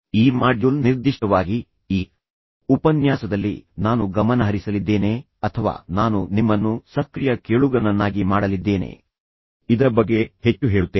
ಈ ಮಾಡ್ಯೂಲ್ ನಿರ್ದಿಷ್ಟವಾಗಿ ಈ ಉಪನ್ಯಾಸದಲ್ಲಿ ನಾನು ಗಮನಹರಿಸಲಿದ್ದೇನೆ ಅಥವಾ ನಾನು ನಿಮ್ಮನ್ನು ಸಕ್ರಿಯ ಕೇಳುಗನನ್ನಾಗಿ ಮಾಡಲಿದ್ದೇನೆ ಆದ್ದರಿಂದ ನಾನು ಇದರ ಬಗ್ಗೆ ಹೆಚ್ಚು ಹೇಳುತ್ತೇನೆ